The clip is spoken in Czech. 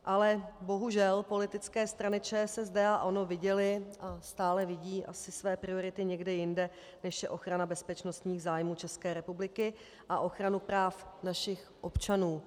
Ale bohužel politické strany ČSSD a ANO viděly a stále vidí asi své priority někde jinde, než je ochrana bezpečnostních zájmů České republiky a ochrana práv našich občanů.